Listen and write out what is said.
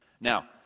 now